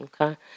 Okay